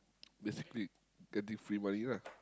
basically getting free money lah